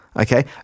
Okay